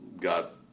got